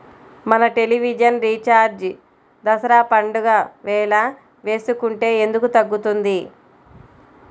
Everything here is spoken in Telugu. మన టెలివిజన్ రీఛార్జి దసరా పండగ వేళ వేసుకుంటే ఎందుకు తగ్గుతుంది?